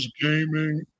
gaming